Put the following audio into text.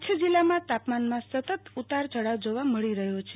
કચ્છ જીલ્લામાં તાપમાનમાં સતત ઉતાર ચઢાવ જોવા મળી રહ્યો છે